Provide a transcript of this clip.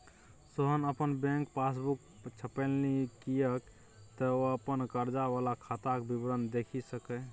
सोहन अपन bank passbook छपेलनि किएक तँ ओ अपन कर्जा वला खाताक विवरण देखि सकय